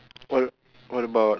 what what about